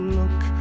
look